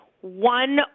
one